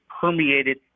permeated